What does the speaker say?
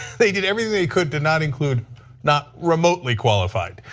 they did everything they could to not include not remotely qualified.